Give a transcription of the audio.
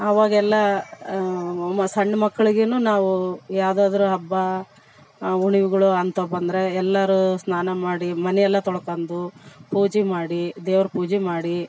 ಅವಾಗ ಎಲ್ಲ ಮ ಸಣ್ಣ ಮಕ್ಕಳಿಗೇನು ನಾವೂ ಯಾವುದಾದ್ರು ಹಬ್ಬ ಹುಣ್ವೆಗಳು ಅಂತ ಬಂದರೆ ಎಲ್ಲರೂ ಸ್ನಾನ ಮಾಡಿ ಮನೆಯಲ್ಲ ತೊಳ್ಕೊಂಡು ಪೂಜೆ ಮಾಡಿ ದೇವ್ರ ಪೂಜೆ ಮಾಡಿ